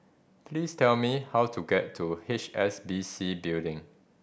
please tell me how to get to H S B C Building